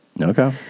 okay